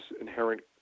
inherent